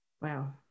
Wow